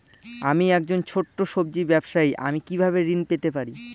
আমি একজন ছোট সব্জি ব্যবসায়ী আমি কিভাবে ঋণ পেতে পারি?